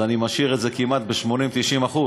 אני משאיר את זה כמעט ב-80% 90%,